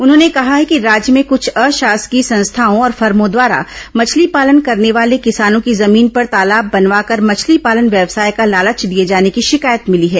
उन्होंने कहा है कि राज्य में कुछ अशासकीय संस्थाओं और फर्मो द्वारा मछली पालन करने वाले किसानों की जमीन पर तालाब बनवाकर मछली पालन व्यवसाय का लालच दिए जाने की शिकायत मिली है